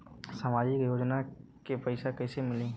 सामाजिक योजना के पैसा कइसे मिली?